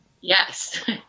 Yes